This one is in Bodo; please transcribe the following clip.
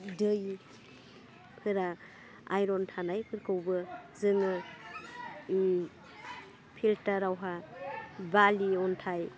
दैफोरा आइरन थानायफोरखौबो जोङो फिल्टारावहा बाला अन्थाइ